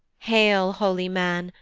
hail, holy man,